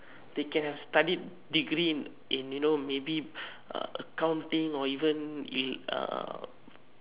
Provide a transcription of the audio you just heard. they can have studied degree in in you know maybe uh accounting or maybe even uh